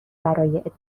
برای